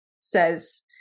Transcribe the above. says